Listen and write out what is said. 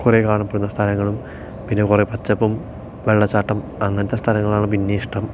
കുറേ കാണപ്പെടുന്ന സ്ഥലങ്ങളും പിന്നെ കുറേ പച്ചപ്പും വെള്ളച്ചാട്ടം അങ്ങനത്തെ സ്ഥലങ്ങളാണ് പിന്നെ ഇഷ്ടം